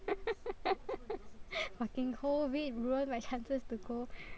fucking COVID ruin my chances to go